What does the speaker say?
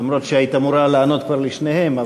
אף-על-פי שהיית אמורה לענות כבר לשניהם,